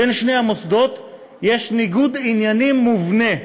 בין שני המוסדות יש ניגוד עניינים מובנה.